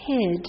hid